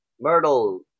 Myrtle